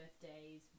birthdays